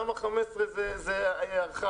תמ"א 15 זה ארכאי.